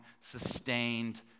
sustained